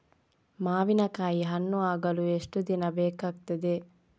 ಮಾವಿನಕಾಯಿ ಹಣ್ಣು ಆಗಲು ಎಷ್ಟು ದಿನ ಬೇಕಗ್ತಾದೆ?